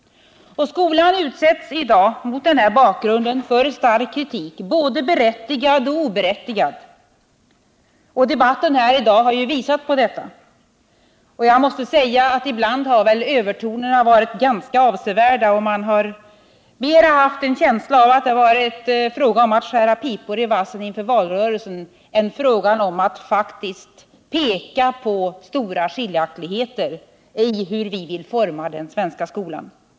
Skolan utsätts i dag mot denna bakgrund för stark kritik, både berättigad och oberättigad. Debatten här har ju visat på detta, och jag måste säga att ibland har väl övertonerna varit ganska avsevärda, och man har en känsla av att det mera varit fråga om att skära pipor i vassen inför valrörelsen än att faktiskt peka på stora skiljaktigheter i uppfattning om hur vi vill forma den svenska skolan.